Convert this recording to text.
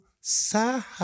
side